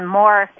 more